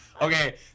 Okay